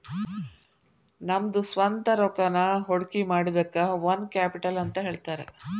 ನಮ್ದ ಸ್ವಂತ್ ರೊಕ್ಕಾನ ಹೊಡ್ಕಿಮಾಡಿದಕ್ಕ ಓನ್ ಕ್ಯಾಪಿಟಲ್ ಅಂತ್ ಹೇಳ್ತಾರ